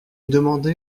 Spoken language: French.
demandé